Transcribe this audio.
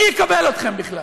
מי יקבל אתכם בכלל?